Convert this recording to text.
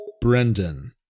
Brendan